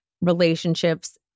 relationships